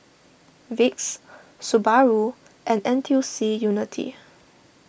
Vicks Subaru and N T U C Unity